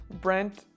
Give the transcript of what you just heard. Brent